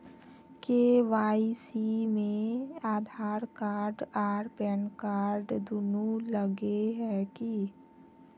KYC में Aadhaar card आर PAN card दुनू लगे है की?